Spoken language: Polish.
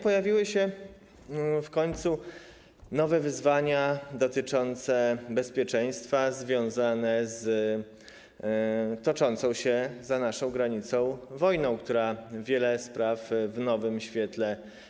Pojawiły się w końcu nowe wyzwania dotyczące bezpieczeństwa związane z toczącą się za naszą granicą wojną, która wiele spraw stawia w nowym świetle.